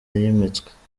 yimitswe